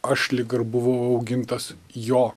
aš lyg ir buvau augintas jo